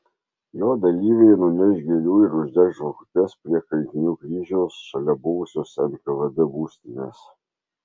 jo dalyviai nuneš gėlių ir uždegs žvakutes prie kankinių kryžiaus šalia buvusios nkvd būstinės